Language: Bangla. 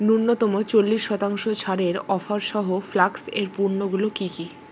ন্যূনতম চল্লিশ শতাংশ ছাড়ের অফার সহ ফ্লাস্কের পণ্যগুলো কী কী